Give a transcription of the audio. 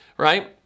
Right